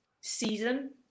season